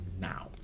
now